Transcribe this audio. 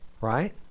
Right